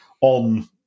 on